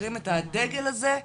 הרים את הדגל הזה,